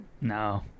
No